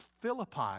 Philippi